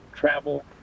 travel